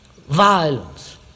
violence